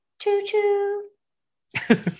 Choo-choo